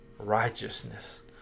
Righteousness